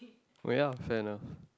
oh yeah fair enough